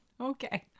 Okay